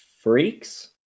Freaks